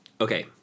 Okay